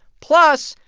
plus,